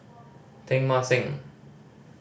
Teng Mah Seng